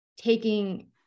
taking